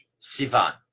Sivan